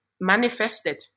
manifested